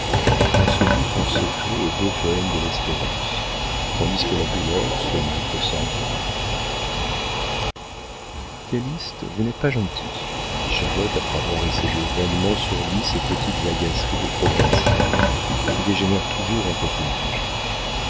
on se livre en secret aux beaux poèmes de l'espérance tandis que la douleur se montre sans voile calyste vous n'êtes pas gentil dit charlotte après avoir essayé vainement sur lui ces petites agaceries de provinciale qui dégénèrent toujours en